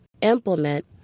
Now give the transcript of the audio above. implement